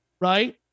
Right